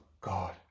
God